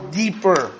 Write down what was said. deeper